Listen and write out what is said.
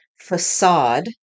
facade